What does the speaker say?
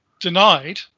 denied